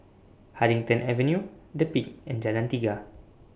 Huddington Avenue The Peak and Jalan Tiga